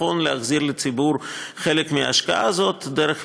נכון להחזיר לציבור חלק מההשקעה הזאת דרך